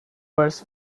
was